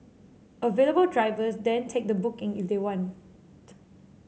available drivers then take the booking if they want